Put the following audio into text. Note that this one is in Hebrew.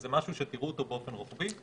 זה משהו שתראו אותו באופן רוחבי.